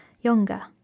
younger